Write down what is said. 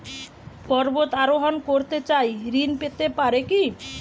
পর্বত আরোহণ করতে চাই ঋণ পেতে পারে কি?